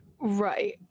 Right